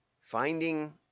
finding